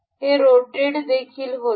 हे रोटेड देखील होते